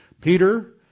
Peter